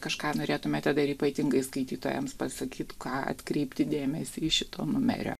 kažką norėtumėte dar ypatingai skaitytojams pasakyt ką atkreipti dėmesį į šito numerio